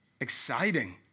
Exciting